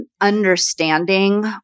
understanding